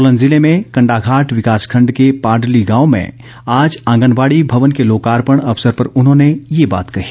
सोलन जिल मैं कंडाघाट विकास खंड के पाडली गांव में आज आंगनबाड़ी भवन के लोकार्पण अवसर पर उन्होंने ये बात कही